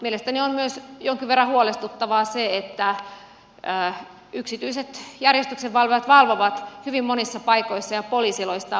mielestäni on myös jonkin verran huolestuttavaa se että yksityiset järjestyksenvalvojat valvovat hyvin monissa paikoissa ja poliisi loistaa poissaolollaan